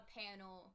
panel